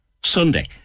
Sunday